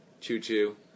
Choo-choo